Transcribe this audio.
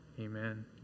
Amen